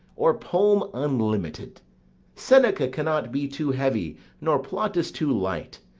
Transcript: or poem unlimited seneca cannot be too heavy nor plautus too light.